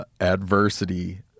Adversity